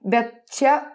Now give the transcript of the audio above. bet čia